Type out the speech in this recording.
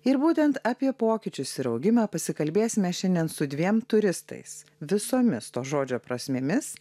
ir būtent apie pokyčius ir augimą pasikalbėsime šiandien su dviem turistais visomis to žodžio prasmėmis